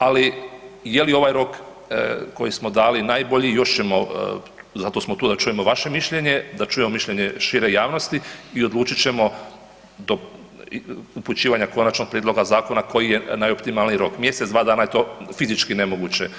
Ali je li ovaj rok koji smo dali najbolji još ćemo, zato smo tu da čujemo vaše mišljenje, da čujemo mišljenje šire javnosti i odlučit ćemo do upućivanja konačnog prijedloga zakona koji je najoptimalniji rok mjesec, dva dana je to fizički nemoguće napraviti.